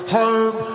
home